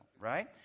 right